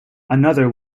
another